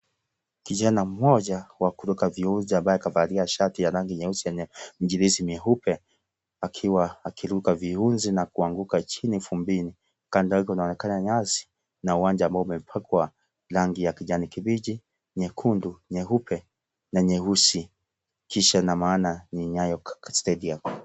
Kijana mmoja wa kuruka viunzi kavalia shati ya rangi nyeupe yenye chirizi nyeupe akiwa akiruka viunzi na kuanguka chini vumbini. Kando kunaonekana nyasi na uwanja ambao umepakwa rangi ya kijani kibichi nyekundu, nyeupe na nyeusi kisha na maana ni Nyayo Stadium.